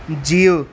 जीउ